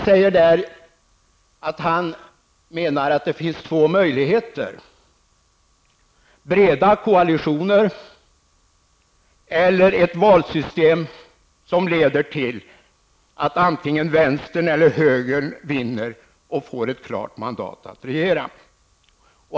Ingvar Carlsson säger där att det finns två möjligheter: breda koalitioner eller ett valsystem som leder till att antingen vänstern eller högern vinner och därmed får ett klart mandat att regera.